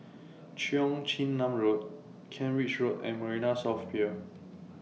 Cheong Chin Nam Road Kent Ridge Road and Marina South Pier